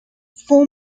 four